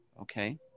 okay